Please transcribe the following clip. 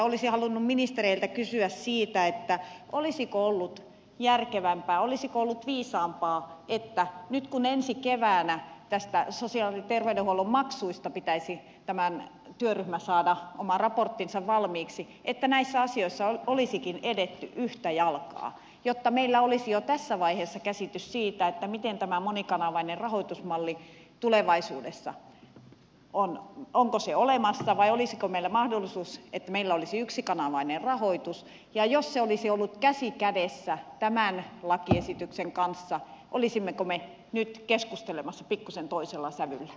olisin halunnut ministereiltä kysyä siitä olisiko ollut järkevämpää olisiko ollut viisaampaa että nyt kun ensi keväänä näistä sosiaali ja terveydenhuollon maksuista pitäisi tämän työryhmän saada oma raporttinsa valmiiksi näissä asioissa olisikin edetty yhtä jalkaa jotta meillä olisi jo tässä vaiheessa käsitys siitä miten tämä monikanavainen rahoitusmalli tulevaisuudessa on onko se olemassa vai olisiko meillä mahdollisuus että meillä olisi yksikanavainen rahoitus ja jos se olisi ollut käsi kädessä tämän lakiesityksen kanssa olisimmeko me nyt keskustelemassa pikkuisen toisella sävyllä